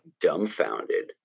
dumbfounded